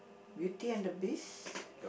Beauty and the Beast